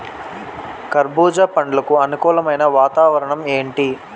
కర్బుజ పండ్లకు అనుకూలమైన వాతావరణం ఏంటి?